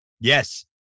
Yes